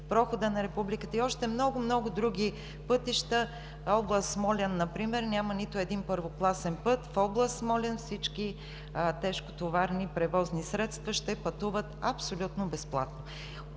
Прохода на Републиката и за още много, много други пътища. В област Смолян например няма нито един първокласен път. В област Смолян всички тежкотоварни превозни средства ще пътуват абсолютно безплатно.